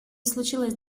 случилось